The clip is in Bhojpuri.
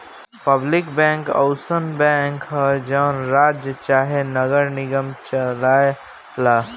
पब्लिक बैंक अउसन बैंक ह जवन राज्य चाहे नगर निगम चलाए ला